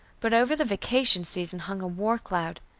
but over the vacation season hung a war cloud.